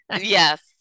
Yes